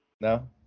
No